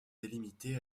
délimitée